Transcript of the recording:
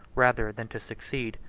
rather than to succeed,